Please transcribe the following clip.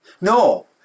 No